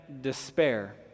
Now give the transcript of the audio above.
despair